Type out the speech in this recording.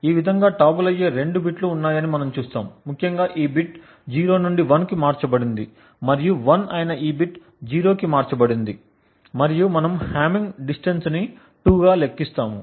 ఈ విధంగా టోగుల్ అయ్యే రెండు బిట్లు ఉన్నాయని మనం చూస్తాము ముఖ్యంగా ఈ బిట్ 0 నుండి 1 కి మార్చబడింది మరియు 1 అయిన ఈ బిట్ 0 కి మార్చబడింది మరియు మనము హామ్మింగ్ డిస్టన్స్ని 2 గా లెక్కిస్తాము